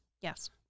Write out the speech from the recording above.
Yes